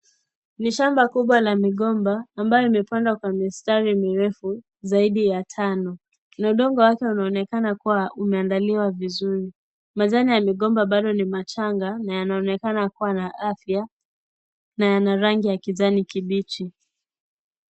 Ni shamba kubwa la migomba ambayo imepandwa kwa mistari mirefu zaidi ya tano. Madongo hapa linaonekana kuwa limeandaliwa vizuri. Majani ya migomba Bado ni machanga na yanaonekana kuwa na afya na Yana rangi ya kijani kibichi.